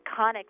iconic